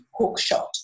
hookshot